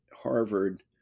Harvard